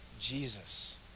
Jesus